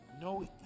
No